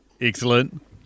Excellent